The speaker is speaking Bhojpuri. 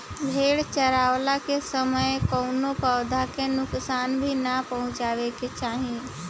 भेड़ चरावला के समय कवनो पौधा के नुकसान भी ना पहुँचावे के चाही